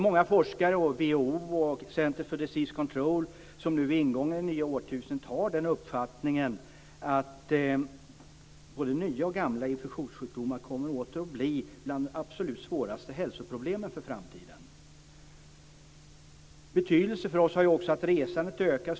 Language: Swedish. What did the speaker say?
Många forskare liksom WHO och Centers for Disease Control har nu vid ingången till det nya årtusendet uppfattningen att både nya och gamla infektionssjukdomar kommer att vara de för framtiden absolut svåraste hälsproblemen. Betydelse har också att resandet ökar.